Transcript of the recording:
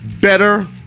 better